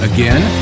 Again